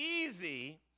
easy